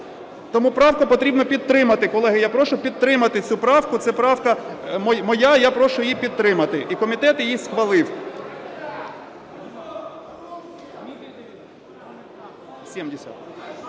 Тому правку потрібно підтримати, колеги, я прошу підтримати цю правку. Це правка моя, і я прошу її підтримати. І комітет її схвалив.